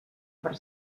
per